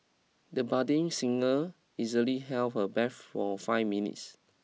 the budding singer easily held her breath for five minutes